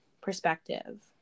perspective